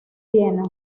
viena